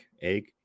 egg